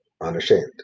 unashamed